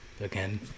again